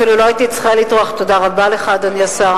באופן עקרוני,